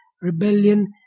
rebellion